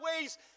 ways